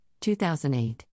2008